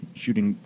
shooting